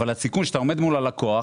אבל כשאתה עומד מול הלקוח,